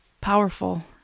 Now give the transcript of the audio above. Powerful